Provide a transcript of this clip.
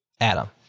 Adam